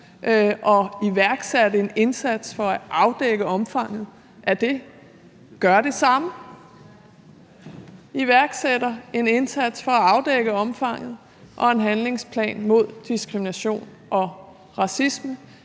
og iværksatte en indsats for at afdække omfanget af det, gør det samme her, nemlig iværksætter en indsats for at afdække omfanget og vedtager en handlingsplan mod diskrimination og racisme.